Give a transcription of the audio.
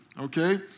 okay